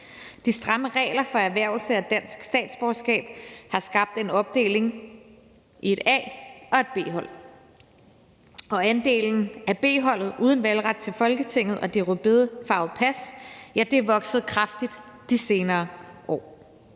De stramme regler for erhvervelse af dansk statsborgerskab har skabt en opdeling i et A- og B-hold, og B-holdet, som står uden valgret til Folketinget og det rødbedefarvede pas, er vokset kraftigt de senere år.